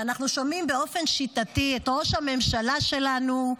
אנחנו שומעים באופן שיטתי את ראש הממשלה שלנו,